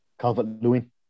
Calvert-Lewin